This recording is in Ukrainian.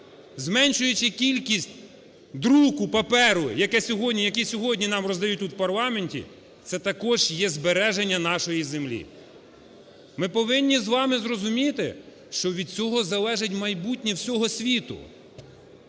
зменшуючи кількість друку паперу, який сьогодні нам роздають тут в парламенті, це також є збереження нашої землі. Ми повинні з вами зрозуміти, що від цього залежить майбутнє всього світу.